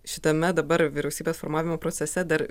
šitame dabar vyriausybės formavimo procese dar